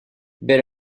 bell